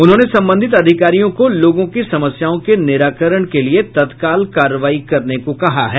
उन्होंने संबंधित अधिकारियों को लोगों की समस्याओं के निराकरण के लिये तत्काल कार्रवाई करने को कहा है